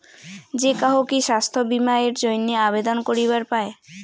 যে কাহো কি স্বাস্থ্য বীমা এর জইন্যে আবেদন করিবার পায়?